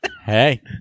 Hey